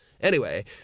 Anyway